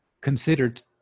considered